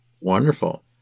Wonderful